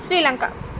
Sri Lanka